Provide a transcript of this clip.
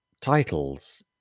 titles